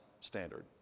standard